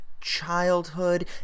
childhood